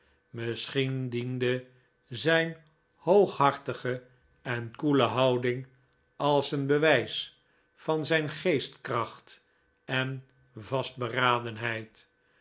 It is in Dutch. misschien diende zijn hooghartige en koele houding als een bewijs van zijn geestkracht en vastberadenheid